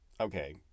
Okay